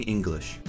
English，